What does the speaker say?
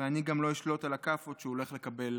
ואני גם לא אשלוט על הכאפות שהוא הולך לקבל